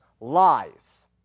lies